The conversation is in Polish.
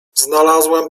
znalazłam